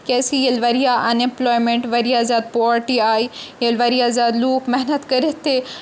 کیازِ کہِ ییٚلہِ واریاہ اَن ایٚمپلایمینٹ واریاہ زیادٕ پاوَرٹی آیہِ ییٚلہِ واریاہ زیادٕ لوٗکھ محنت کٔرِتھ تہِ